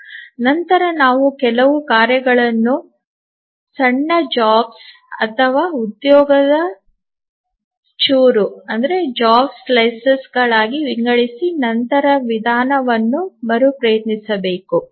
ನಂತರ ನಾವು ಕೆಲವು ಕಾರ್ಯಗಳನ್ನು ಸಣ್ಣ ಉದ್ಯೋಗಗಳು ಅಥವಾ ಉದ್ಯೋಗದ ಚೂರುಗಳಾಗಿ ವಿಂಗಡಿಸಿ ನಂತರ ವಿಧಾನವನ್ನು ಮರುಪ್ರಯತ್ನಿಸಬೇಕು